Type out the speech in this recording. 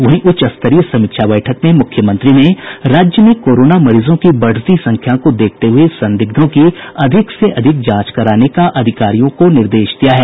वहीं उच्च स्तरीय समीक्षा बैठक में मुख्यमंत्री ने राज्य में कोरोना मरीजों की बढ़ती संख्या को देखते हुए संदिग्धों की अधिक से अधिक जांच कराने का अधिकारियों को निर्देश दिया है